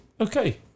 okay